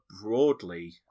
broadly